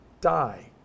die